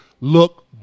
Look